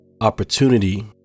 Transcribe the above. opportunity